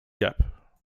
gap